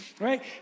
right